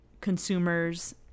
consumers